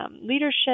leadership